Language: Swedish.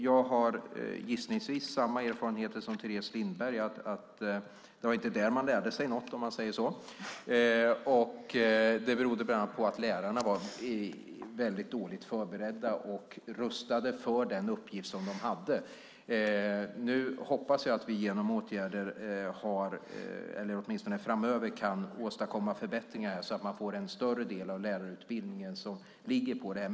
Jag har gissningsvis samma erfarenheter som Teres Lindberg av skolan. Det var inte där man lärde sig något, om man säger så. Det berodde bland annat på att lärarna var väldigt dåligt förberedda och rustade för den uppgift som de hade. Jag hoppas att vi genom åtgärder kan åstadkomma förbättringar framöver, så att man får en större del av lärarutbildningen som ligger på det här.